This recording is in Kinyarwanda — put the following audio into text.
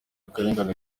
akarengane